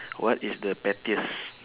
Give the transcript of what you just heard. what is the pettiest